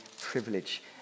privilege